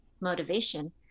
motivation